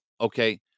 okay